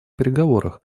переговорах